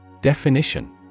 Definition